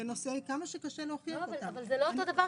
ונושאי כמה שקשה להוכיח אותם --- אבל זה לא אותו דבר,